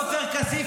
עופר כסיף